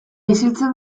isiltzen